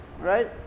right